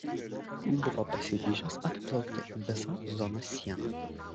buvo pasiryžęs apiplaukti visą zonos sieną